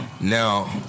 Now